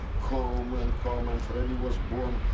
come and come. and freddy was born,